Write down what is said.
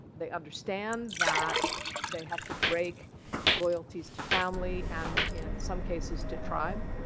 they understand that they have to break loyalties to family and in some cases, to tribe.